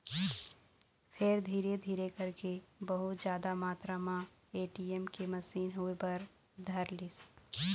फेर धीरे धीरे करके बहुत जादा मातरा म ए.टी.एम के मसीन होय बर धरलिस